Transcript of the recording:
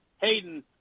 Hayden